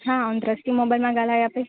हा ओम दृष्टि मोबाइल मां ॻाल्हायां पई